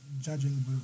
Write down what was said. judging